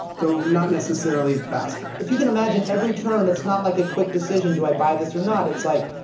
though not necessarily faster. if you can imagine every turn it's not like a quick decision, do i buy this or not? it's like,